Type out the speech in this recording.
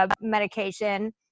Medication